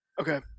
Okay